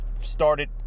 started